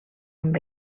amb